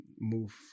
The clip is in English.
move